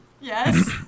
Yes